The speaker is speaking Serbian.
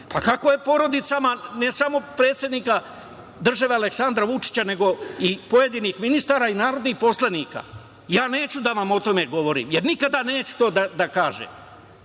Pa, kako je porodicama ne samo predsednika države Aleksandra Vučića, nego i pojedinih ministara i narodnih poslanika? Ja neću da vam o tome govorim, jer nikada neću to da kažem,